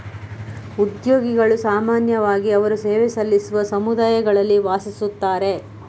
ಉದ್ಯೋಗಿಗಳು ಸಾಮಾನ್ಯವಾಗಿ ಅವರು ಸೇವೆ ಸಲ್ಲಿಸುವ ಸಮುದಾಯಗಳಲ್ಲಿ ವಾಸಿಸುತ್ತಾರೆ